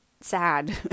sad